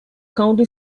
county